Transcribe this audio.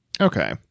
Okay